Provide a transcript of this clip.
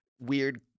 weird